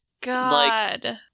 God